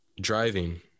driving